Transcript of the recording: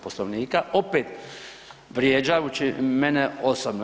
Poslovnika opet vrijeđajući mene osobno.